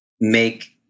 make